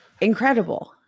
incredible